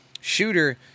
shooter